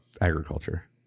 agriculture